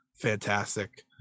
fantastic